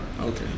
Okay